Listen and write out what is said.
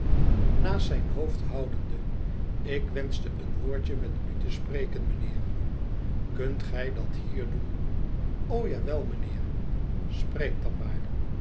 naast zijn hoofd houdende ik wenschte een woordje met u te spreken mijnheer kunt gij dat hier doen o ja wel mijnheer spreek dan maar